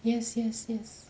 yes yes yes